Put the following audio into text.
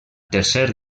tercer